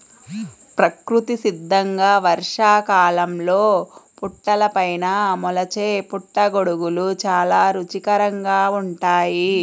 ప్రకృతి సిద్ధంగా వర్షాకాలంలో పుట్టలపైన మొలిచే పుట్టగొడుగులు చాలా రుచికరంగా ఉంటాయి